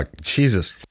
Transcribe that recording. Jesus